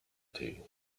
two